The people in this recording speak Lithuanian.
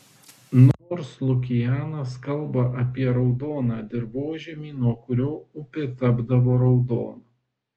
nors lukianas kalba apie raudoną dirvožemį nuo kurio upė tapdavo raudona